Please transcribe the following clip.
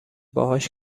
باهاش